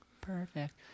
perfect